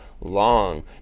long